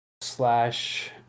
slash